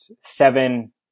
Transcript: seven